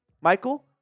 Michael